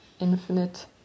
infinite